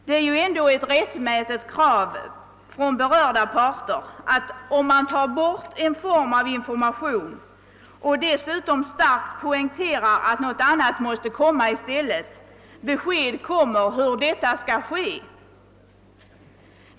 Det är ju ändå ett rättmätigt krav från berörda parters sida, om man tar bort en form av information och dessutom starkt poängterar att något annat måste komma i stället, att besked lämnas om hur detta skall gå till.